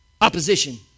opposition